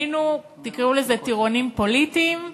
היינו, תקראו לזה טירונים פוליטיים,